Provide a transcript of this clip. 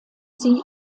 sie